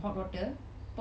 ya I add milk